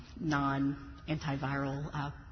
non-antiviral